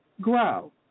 grow